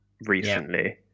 recently